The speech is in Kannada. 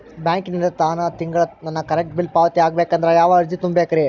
ಬ್ಯಾಂಕಿಂದ ತಾನ ತಿಂಗಳಾ ನನ್ನ ಕರೆಂಟ್ ಬಿಲ್ ಪಾವತಿ ಆಗ್ಬೇಕಂದ್ರ ಯಾವ ಅರ್ಜಿ ತುಂಬೇಕ್ರಿ?